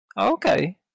Okay